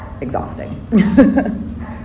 Exhausting